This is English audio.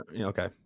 okay